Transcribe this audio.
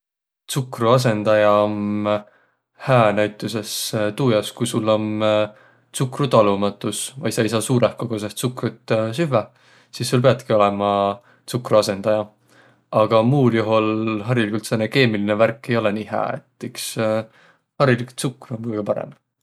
Tsukruasõndaja om näütüses hää tuu jaos, ku sul om tsukrutalumatus vai sa ei saaq suurõh kogusõh tsukrut, sis sul piätki olõma tsukruasõndaja. Aga muul juhul sääne keemiline värk ei olõq nii hää. Et iks harilik tsukru om kõgõ parõmb.